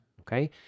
Okay